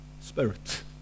Spirit